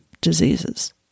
diseases